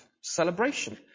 celebration